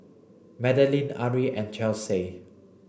Madaline Ari and Chelsey